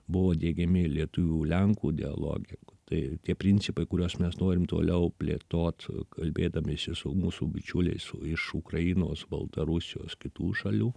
buvo diegiami lietuvių lenkų dialoge tai tie principai kuriuos mes norim toliau plėtot kalbėdamiesi su mūsų bičiuliais iš ukrainos baltarusijos kitų šalių